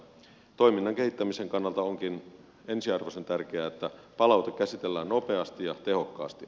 toiminnan kehittämisen kannalta onkin ensiarvoisen tärkeää että palaute käsitellään nopeasti ja tehokkaasti